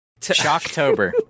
Shocktober